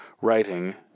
writing